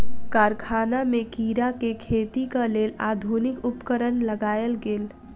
कारखाना में कीड़ा के खेतीक लेल आधुनिक उपकरण लगायल गेल